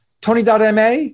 Tony.ma